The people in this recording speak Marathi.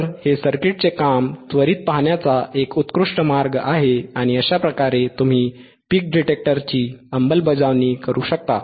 तर हे सर्किटचे काम त्वरीत पाहण्याचा एक उत्कृष्ट मार्ग आहे आणि अशा प्रकारे तुम्ही पीक डिटेक्टरची अंमलबजावणी करू शकता